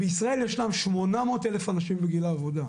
בישראל ישנם שמונה מאות אלף אנשים בגיל העבודה,